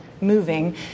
moving